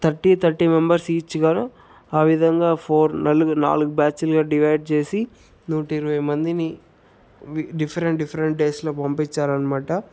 thirty thirty members ఈచ్గా ఆ విధంగా ఫోర్ నలుగు నాలుగు బ్యాచ్లుగా డివైడ్ చేసి నూట ఇరవై మందిని డిఫరెంట్ డిఫరెంట్ డేస్లో పంపిచ్చారనమాట